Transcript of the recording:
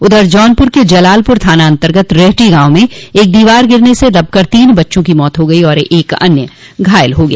उधर जौनपुर के जलालपुर थाना अन्तर्गत रेहटी गांव में एक दीवार गिरने से दबकर तीन बच्चों की मौत हो गई तथा एक अन्य घायल हो गया